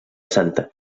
santa